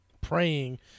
praying